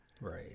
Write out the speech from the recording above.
Right